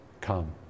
come